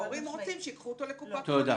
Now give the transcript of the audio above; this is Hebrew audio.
ההורים רוצים שייקחו אותו לקופת חולים